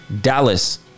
Dallas